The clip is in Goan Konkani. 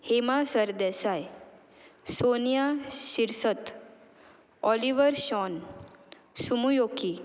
Hema Sardesai Sonia Shirsat Oliver Sean सुमूयोकी